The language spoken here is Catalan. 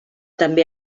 també